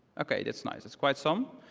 ok, that's nice. that's quite some.